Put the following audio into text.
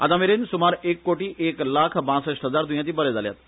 आतामेरेन सुमार एक कोटी एक लाख बासष्ट हजार द्र्येती बरे जाल्यात